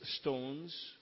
stones